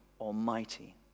Almighty